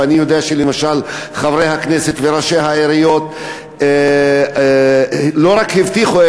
ואני יודע למשל שחברי הכנסת וראשי העיריות לא רק הבטיחו,